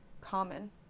common